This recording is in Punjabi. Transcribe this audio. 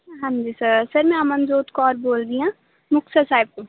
ਹਾਂਜੀ ਸਰ ਮੈਂ ਅਮਨਜੋਤ ਕੌਰ ਬੋਲ ਰਹੀ ਹਾਂ ਮੁਕਤਸਰ ਸਾਹਿਬ ਤੋਂ